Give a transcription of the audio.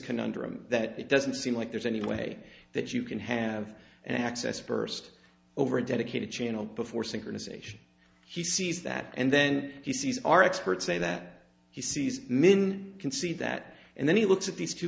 conundrum that it doesn't seem like there's any way that you can have an access burst over a dedicated channel before synchronization he sees that and then he sees our experts say that he sees minn can see that and then he looks at these two